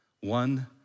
one